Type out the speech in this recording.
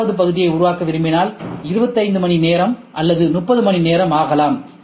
5வது பகுதியை உருவாக்க விரும்பினால் 25 மணிநேரம் அல்லது 30 மணிநேரம் ஆகலாம்